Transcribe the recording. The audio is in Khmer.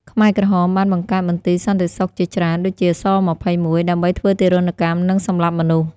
ខ្មែរក្រហមបានបង្កើតមន្ទីរសន្តិសុខជាច្រើន (ដូចជា ស-២១) ដើម្បីធ្វើទារុណកម្ម និងសម្លាប់មនុស្ស។